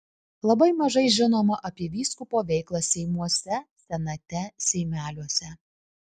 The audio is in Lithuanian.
labai mažai žinoma apie vyskupo veiklą seimuose senate seimeliuose